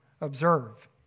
observe